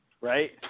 right